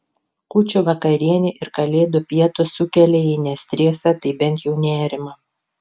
kūčių vakarienė ir kalėdų pietūs sukelia jei ne stresą tai bent jau nerimą